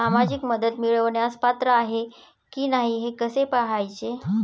सामाजिक मदत मिळवण्यास पात्र आहे की नाही हे कसे पाहायचे?